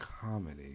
comedy